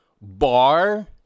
Bar